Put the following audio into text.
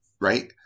Right